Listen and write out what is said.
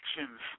Actions